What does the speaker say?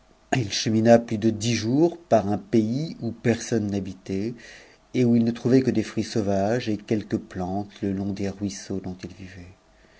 h chemina plus de dix jours par un pays où personne n'h tait et où il ne trouvait que des fruits sauvages et quelques plantes long des ruisseaux dont il vivait